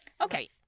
Okay